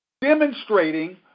Demonstrating